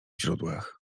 źródłach